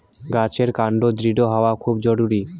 গাছের কান্ড দৃঢ় হওয়া খুব জরুরি